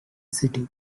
city